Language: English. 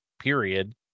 period